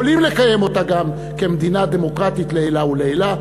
יכולים לקיים אותה גם כמדינה דמוקרטית לעילא ולעילא.